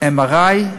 MRI,